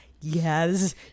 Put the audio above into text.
yes